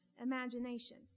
imagination